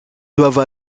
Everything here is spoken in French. doivent